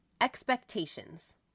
expectations